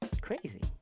crazy